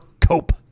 Cope